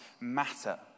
matter